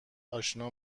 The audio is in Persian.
آشنا